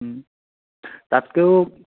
তাতকেও